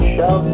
Show